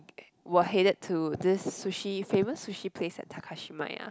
we're headed to this sushi famous sushi place at Takashimaya